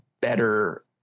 better